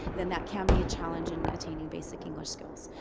then that can be a challenge in attaining basic english skills.